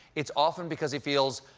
it's often because he feels,